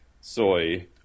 soy